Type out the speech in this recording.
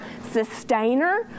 sustainer